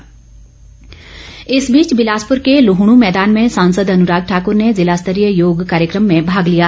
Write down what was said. अनुराग ठाकुर इस बीच बिलासपुर के लुहणू मैदान में सासंद अनुराग ठाक्र ने जिला स्तरीय योग कार्यक्रम में भाग लिया